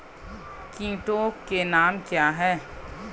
कीटों के नाम क्या हैं?